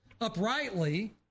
uprightly